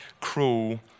cruel